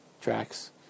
tracks